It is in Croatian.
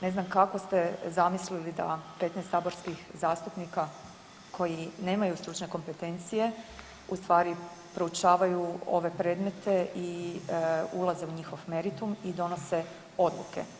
Ne znam kako ste zamislili da 15 saborskih zastupnika koji nemaju stručne kompetencije u stvari proučavaju ove predmete i ulaze u njihov meritum i donose odluke.